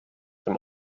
dem